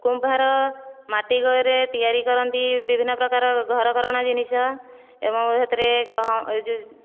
କୁମ୍ଭାର ମାଟି ଘରେ ତିଆରି କରନ୍ତି ବିଭିନ୍ନ ପ୍ରକାର ଘର କରଣା ଜିନିଷ ଏବଂ ସେଥିରେ ଗହମ ଯେଉଁ